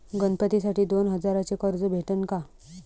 गणपतीसाठी दोन हजाराचे कर्ज भेटन का?